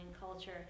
culture